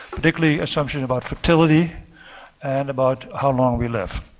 particularly assumptions about fertility and about how long we live.